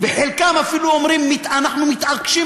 חלקם אפילו אומרים: אנחנו מתעקשים,